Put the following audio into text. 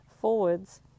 forwards